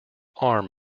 arm